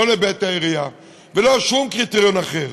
לא לבית העירייה ולא שום קריטריון אחר.